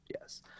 yes